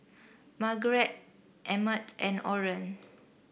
Margeret Emmett and Orren